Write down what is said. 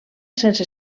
sense